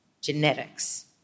Genetics